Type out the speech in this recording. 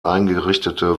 eingerichtete